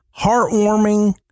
heartwarming